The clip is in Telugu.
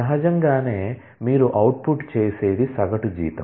సహజంగానే మీరు అవుట్పుట్ చేసేది సగటు జీతం